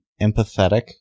empathetic